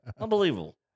Unbelievable